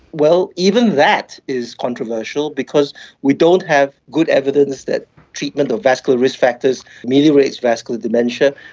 well, even that is controversial because we don't have good evidence that treatment of vascular risk factors ameliorates vascular dementia.